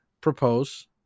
propose